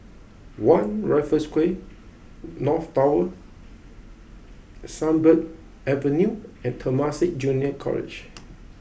One Raffles Quay North Tower Sunbird Avenue and Temasek Junior College